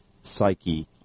psyche